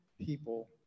people